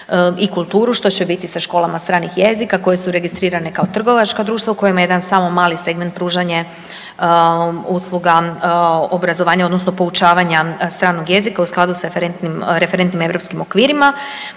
i kulturu što će biti sa školama stranih jezika koje su registrirane kao trgovačka društva u kojima jedan samo malo segment pružanje usluga obrazovanja odnosno poučavanja stranog jezika u skladu sa referentnim europskim okvirima